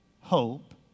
hope